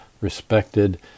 respected